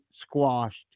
squashed